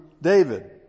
David